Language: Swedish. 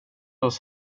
oss